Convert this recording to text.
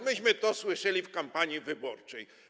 Myśmy to słyszeli w kampanii wyborczej.